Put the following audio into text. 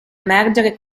emergere